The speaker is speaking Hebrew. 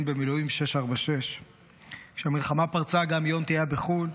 במילואים 646. כשהמלחמה פרצה גם יונתי היה בחו"ל,